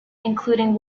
including